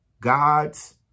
God's